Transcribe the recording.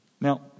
Now